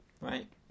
Right